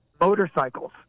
Motorcycles